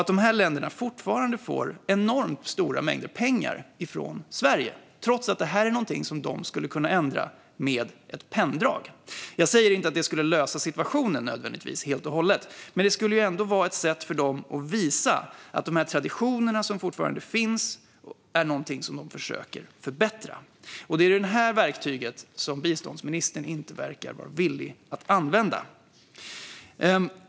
De här länderna får fortfarande enormt stora mängder pengar från Sverige, trots att detta är någonting som de skulle kunna ändra med ett penndrag. Jag säger inte att det nödvändigtvis skulle lösa situationen helt och hållet, men det skulle ändå vara ett sätt för dem att visa att de här traditionerna som fortfarande finns är någonting som de försöker förbättra. Det är detta verktyg som biståndsministern inte verkar vara villig att använda.